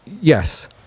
Yes